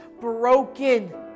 broken